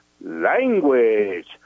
language